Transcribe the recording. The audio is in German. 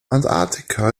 antarktika